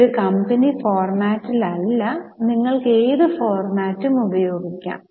ഇത് കമ്പനി ഫോർമാറ്റിൽ അല്ല നിങ്ങൾക്ക് ഏത് ഫോർമാറ്റും ഉപയോഗിക്കാം